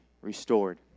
restored